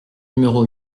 numéro